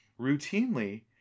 routinely